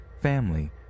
family